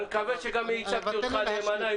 אני מקווה שגם ייצגתי אותך נאמנה.